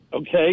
okay